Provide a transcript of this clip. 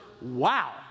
wow